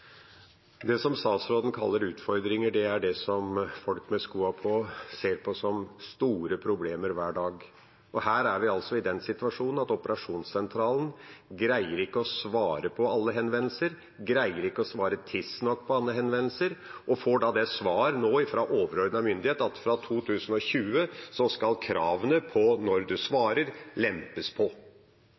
Det som statsråden kaller utfordringer, er det som folk med skoa på ser på som store problemer hver dag. Her er vi altså i den situasjonen at operasjonssentralen ikke greier å svare på alle henvendelser, ikke greier å svare tidsnok på alle henvendelser, og nå får som svar fra overordnet myndighet at fra 2020 skal kravene til når man svarer, lempes på.